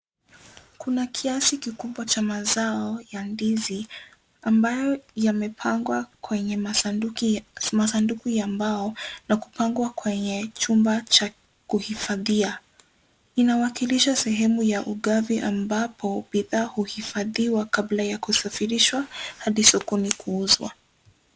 Kuna kiasi kikubwa cha mazao ya ndizi ambayo yamepangwa kwenye masanduku ya mbao na kupangwa kwenye chumba cha kuhifadhia .Inawakilisha sehemu ya ugavi ambapo bidhaa uhifadhi kabla ya kusafirishwa hadi sokoni kuuzwa.